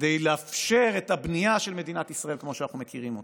כדי לאפשר את הבנייה של מדינת ישראל כמו שאנחנו מכירים אותה.